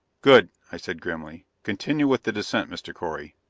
good, i said grimly. continue with the descent, mr. correy.